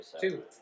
Two